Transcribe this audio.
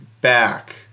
back